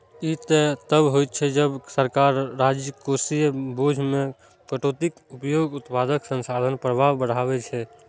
ई तब होइ छै, जब सरकार राजकोषीय बोझ मे कटौतीक उपयोग उत्पादक संसाधन प्रवाह बढ़बै छै